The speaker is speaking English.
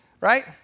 Right